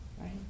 Right